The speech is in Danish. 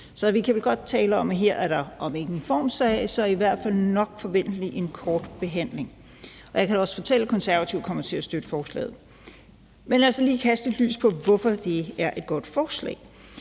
Så vi kan vel godt tale om, at det her bliver om ikke en formssag, så i hvert fald forventelig en kort behandling. Jeg kan da også fortælle, at Konservative kommer til at støtte forslaget. Men lad os lige kaste lys over, hvorfor det her er et godt forslag.